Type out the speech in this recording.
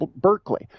Berkeley